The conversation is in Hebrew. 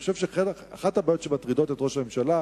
אני חושב שאחת הבעיות שמטרידות את ראש הממשלה